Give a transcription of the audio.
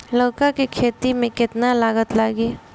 लौका के खेती में केतना लागत लागी?